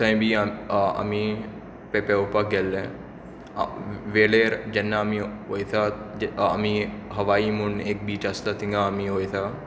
थंय बी आमी पेंवपाक गेल्ले वेळेर जेन्ना आमी वयता आमी हवाई म्हूण एक बीच आसता थंय आमी वयता